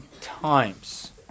times